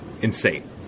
insane